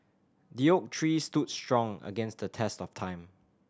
the oak tree stood strong against the test of time